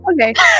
Okay